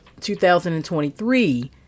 2023